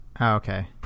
Okay